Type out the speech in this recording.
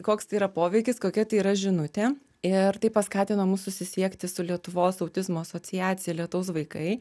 koks tai yra poveikis kokia tai yra žinutė ir tai paskatino mus susisiekti su lietuvos autizmo asociacija lietaus vaikai